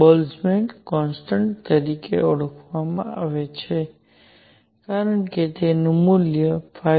Boltzmann constant તરીકે ઓળખાય છે કારણ કે મૂલ્ય 5